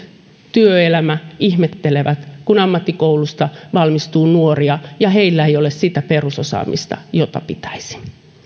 työelämä ihmettelevät kun ammattikoulusta valmistuu nuoria ja heillä ei ole sitä perusosaamista jota pitäisi